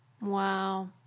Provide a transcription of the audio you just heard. Wow